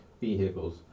vehicles